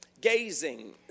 Gazing